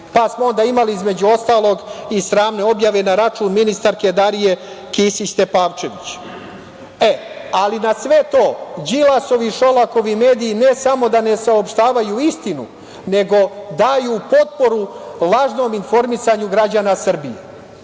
Onda smo imali, između ostalog, i sramne objave na račun ministarke Darije Kisić Tepavčević. Ali, na sve to, Đilasovi i Šolakovi mediji ne samo da ne saopštavaju istinu, nego daju potporu lažnom informisanju građana Srbije. Ono